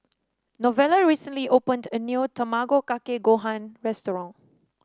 Novella recently opened a new Tamago Kake Gohan restaurant